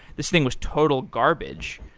this thing was total garbage.